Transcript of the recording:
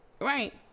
right